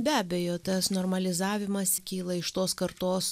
be abejo tas normalizavimas kyla iš tos kartos